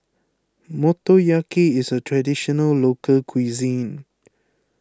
Motoyaki is a Traditional Local Cuisine